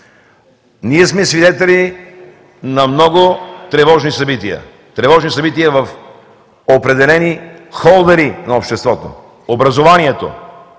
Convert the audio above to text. Ние сме свидетели на много тревожни събития, тревожни събития в определени холдери на обществото – образованието,